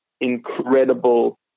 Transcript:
incredible